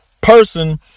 person